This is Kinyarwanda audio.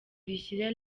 rishyira